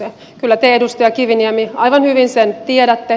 kyllä te edustaja kiviniemi aivan hyvin sen tiedätte